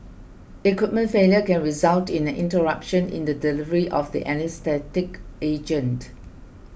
equipment failure can result in an interruption in the delivery of the anaesthetic agent